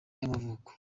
y’amavuko